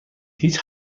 هیچ